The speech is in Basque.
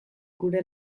gure